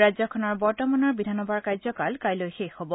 ৰাজ্যখনৰ বৰ্তমানৰ বিধানসভাৰ কাৰ্যকাল কাইলৈ শেষ হব